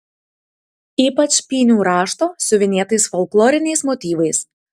ypač pynių rašto siuvinėtais folkloriniais motyvais